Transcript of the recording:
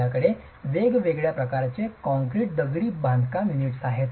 आपल्याकडे वेगवेगळ्या प्रकारचे कॉक्रीट दगडी बांधकाम युनिट्स आहेत